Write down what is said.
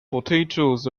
potatoes